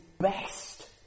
best